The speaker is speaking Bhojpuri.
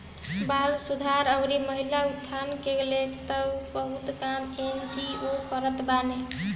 बाल सुधार अउरी महिला उत्थान के लेके तअ बहुते काम एन.जी.ओ करत बाने